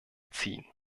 ziehen